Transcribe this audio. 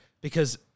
because-